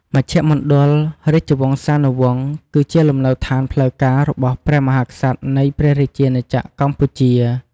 មជ្ឈមណ្ឌលរាជវង្សានុវង្ស គឺជាលំនៅឋានផ្លូវការរបស់ព្រះមហាក្សត្រនៃព្រះរាជាណាចក្រកម្ពុជា។